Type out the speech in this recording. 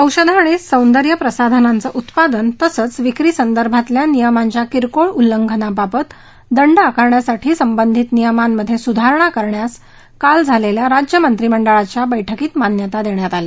औषधं आणि सौंदर्य प्रसाधनांचं उत्पादन तसंच विक्रीसंदर्भातल्या नियमांच्या किरकोळ उल्लंघनाबाबत दंड आकारण्यासाठी संबंधित नियमांमध्ये सुधारणा करण्यास काल झालेल्या राज्य मंत्रीमंडळाच्या बळकीत मान्यता देण्यात आली